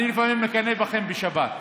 לפעמים אני מקנא בכם בשבת.